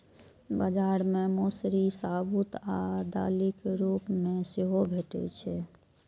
बाजार मे मौसरी साबूत आ दालिक रूप मे सेहो भैटे छै